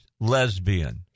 lesbian